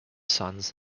sons